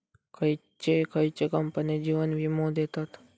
खयचे खयचे कंपने जीवन वीमो देतत